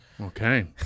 Okay